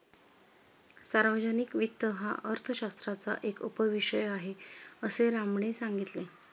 सार्वजनिक वित्त हा अर्थशास्त्राचा एक उपविषय आहे, असे रामने सांगितले